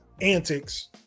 antics